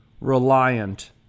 reliant